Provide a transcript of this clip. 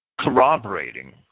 corroborating